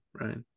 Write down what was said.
right